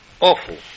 awful